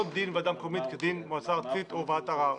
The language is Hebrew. לא דין ועדה מקומית כדין מועצה ארצית או ועדת ערר.